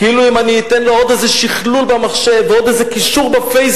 כאילו אם אני אתן לו עוד איזה שכלול במחשב ועוד איזה קישור ב"פייסבוק",